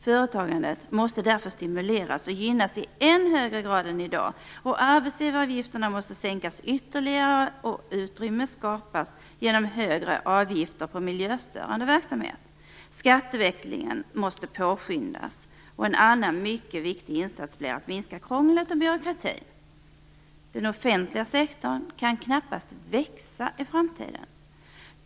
Företagandet måste därför stimuleras och gynnas i än högre grad än i dag. Arbetsgivaravgifterna måste sänkas ytterligare. Utrymme skapas genom högre avgifter på miljöstörande verksamhet. Skatteväxlingen måste påskyndas. En annan mycket viktig insats blir att minska krånglet och byråkratin. Den offentliga sektorn kan knappast växa i framtiden.